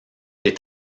est